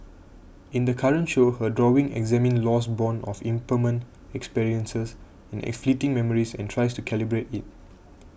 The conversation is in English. in the current show her drawings examine loss borne of impermanent experiences and fleeting memories and tries to calibrate it